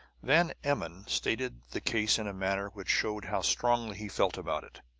van emmon stated the case in a manner which showed how strongly he felt about it.